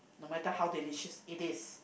no matter how delicious it is